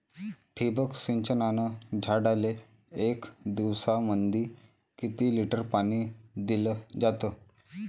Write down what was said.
ठिबक सिंचनानं झाडाले एक दिवसामंदी किती लिटर पाणी दिलं जातं?